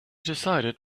decided